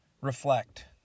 reflect